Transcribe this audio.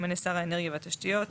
שימנה שר האנרגיה והתשתיות,